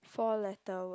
four letter word